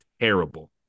terrible